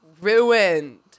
ruined